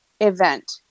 event